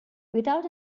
without